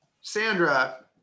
Sandra